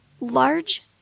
large